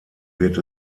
wird